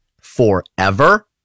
forever